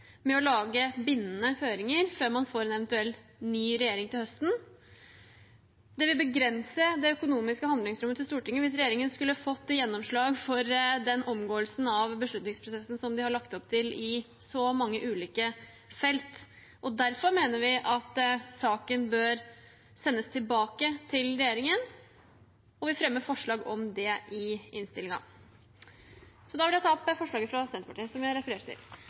med å lage bindende føringer før man får en eventuell ny regjering til høsten. Det ville begrense det økonomiske handlingsrommet til Stortinget hvis regjeringen skulle fått gjennomslag for den omgåelsen av beslutningsprosessen som de har lagt opp til på så mange ulike felt. Derfor mener vi at saken bør sendes tilbake til regjeringen, og vi fremmer forslag om det i innstillingen. Jeg vil ta opp forslaget fra Senterpartiet og Sosialistisk Venstreparti. Representanten Emile Enger Mehl har teke opp det forslaget ho refererte til.